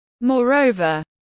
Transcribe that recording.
Moreover